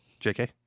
JK